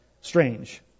strange